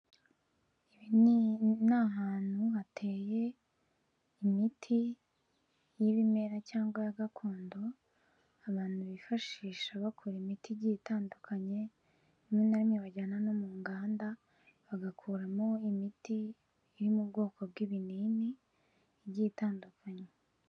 Ibi n'hantu hateye imiti y'ibimera cyangwa iya gakondo abantu bifashisha bakora imiti igi itandukanye, rimwe na rimwe bajyana no mu nganda bagakoramo imiti iri mu bwoko bw'ibinini igi itandukanye.